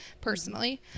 personally